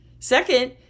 Second